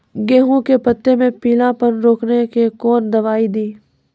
गेहूँ के पत्तों मे पीलापन रोकने के कौन दवाई दी?